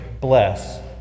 bless